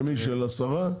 של מי, של השרה?